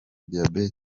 diyabete